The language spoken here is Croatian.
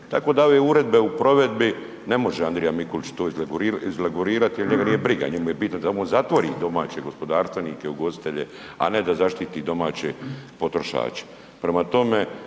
Tako da ove uredbe u provedbi ne može Andrija Mikulić to izregulirati jer njega nije briga, njemu je bitno da on zatvori domaće gospodarstvene, ugostitelje, a ne da zaštiti domaće potrošače.